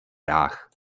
hrách